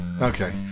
Okay